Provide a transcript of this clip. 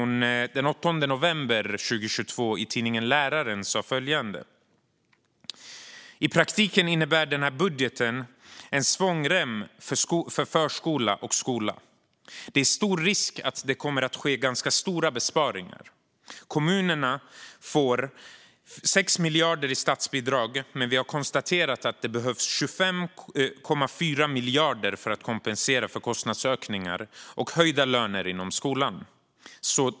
Den 8 november 2022 sa hon i tidningen Läraren att budgeten i praktiken innebär en svångrem för förskola och skola. Det är stor risk att det kommer att ske stora besparingar. Kommunerna får 6 miljarder i statsbidrag, men vi har konstaterat att det behövs 25,4 miljarder för att kompensera för kostnadsökningar och höjda löner inom skolan.